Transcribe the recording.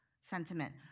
sentiment